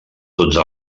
dotze